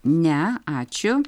ne ačiū